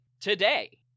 today